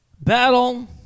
battle